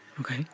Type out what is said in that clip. okay